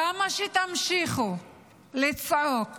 כמה שתמשיכו לצעוק